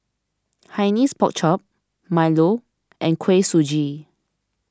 Hainanese Pork Chop Milo and Kuih Suji